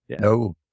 No